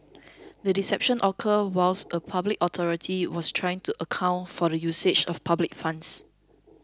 the deception occurred whilst a public authority was trying to account for the usage of public funds